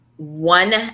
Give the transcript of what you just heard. one